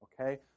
Okay